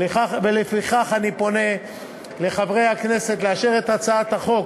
ולפיכך אני פונה לחברי הכנסת לאשר את הצעת החוק